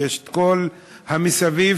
ויש את כל המסביב,